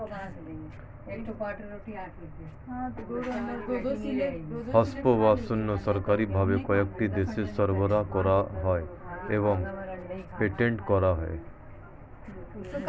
hemp বা শণ সরকারি ভাবে কয়েকটি দেশে সরবরাহ করা হয় এবং পেটেন্ট করা হয়